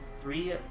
three